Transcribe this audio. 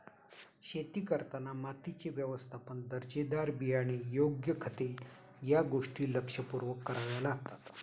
शेती करताना मातीचे व्यवस्थापन, दर्जेदार बियाणे, योग्य खते या गोष्टी लक्षपूर्वक कराव्या लागतात